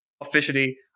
officially